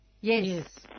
Yes